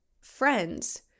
friends